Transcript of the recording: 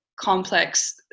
complex